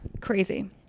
Crazy